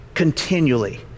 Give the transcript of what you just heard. continually